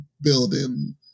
building